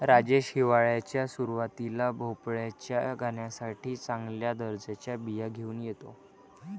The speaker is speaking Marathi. राजेश हिवाळ्याच्या सुरुवातीला भोपळ्याच्या गाण्यासाठी चांगल्या दर्जाच्या बिया घेऊन येतो